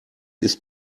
ist